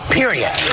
period